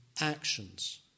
actions